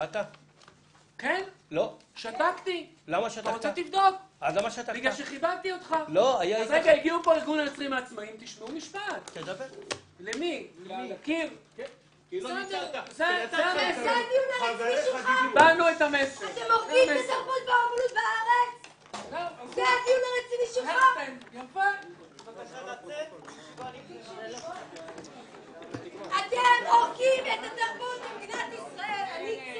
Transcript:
בשעה 13:07.